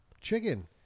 chicken